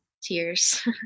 tears